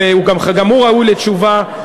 וגם הוא ראוי לתשובה.